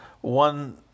one